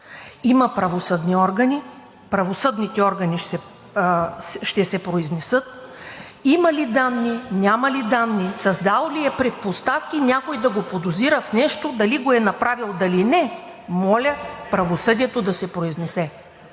Има правосъдни органи. Правосъдните органи ще се произнесат. Има ли данни, няма ли данни, създал ли е предпоставки някой да го подозира в нещо, дали го е направил, дали не, моля, правосъдието да се произнесе.